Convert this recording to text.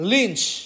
Lynch